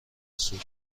سود